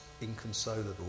inconsolable